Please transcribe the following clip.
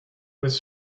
was